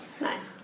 Nice